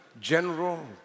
general